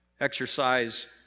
Exercise